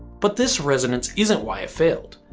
but this resonance isn't why it failed.